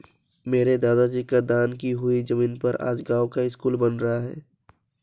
मेरे दादाजी की दान की हुई जमीन पर आज गांव का स्कूल बन रहा है